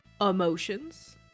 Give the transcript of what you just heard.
Emotions